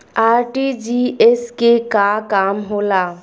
RTGS के का काम होला?